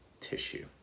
tissue